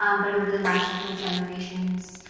um but over the last several generations,